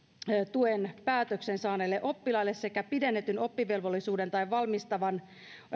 tuen päätöksen saaneille oppilaille sekä pidennetyn oppivelvollisuuden tai valmistavan